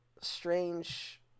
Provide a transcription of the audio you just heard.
strange